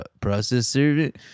processor